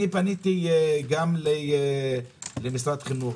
פניתי גם למשרד החינוך,